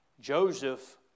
Joseph